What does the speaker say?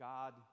God